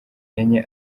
enye